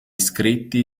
scritti